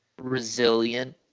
resilient